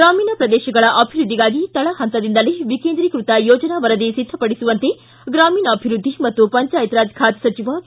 ಗ್ರಾಮೀಣ ಪ್ರದೇಶಗಳ ಅಭಿವೃದ್ದಿಗಾಗಿ ತಳ ಹಂತದಿಂದಲೇ ವಿಕೇಂದ್ರೀಕೃತ ಯೋಜನಾ ವರದಿ ಸಿದ್ದಪಡಿಸುವಂತೆ ಗ್ರಾಮೀಣಾಭಿವೃದ್ಧಿ ಮತ್ತು ಪಂಚಾಯತ್ ರಾಜ್ ಖಾತೆ ಸಚಿವ ಕೆ